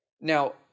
Now